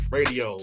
radio